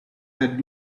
that